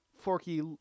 Forky